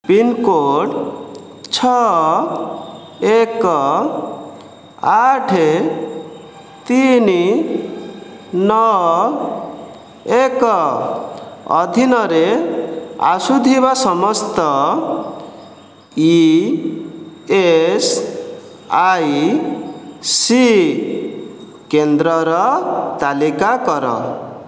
pincode ଛଅ ଏକ ଆଠେ ତିନି ନଅ ଏକ ଅଧୀନରେ ଆସୁଥିବା ସମସ୍ତ ଇ ଏସ୍ ଆଇ ସି କେନ୍ଦ୍ରର ତାଲିକା କର